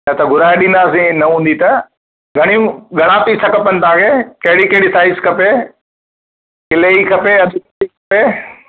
या त घुराए ॾींदासीं न हूंदी त घणियूं घणा पीस खपनि तव्हां खे कहिड़ी कहिड़ी साइज़ खपे किले जी खपे अधु किले जी खपे